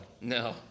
No